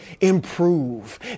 improve